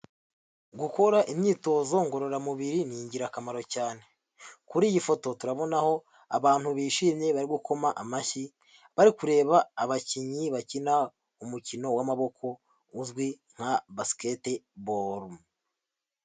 Gukora imyitozo ngororamubiri ni ingirakamaro cyane. Kuri iyi foto turabonaho abantu bishimye bari gukoma amashyi bari kureba abakinnyi bakina umukino w'amaboko uzwi nka basiketiboro.